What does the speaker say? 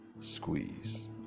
squeeze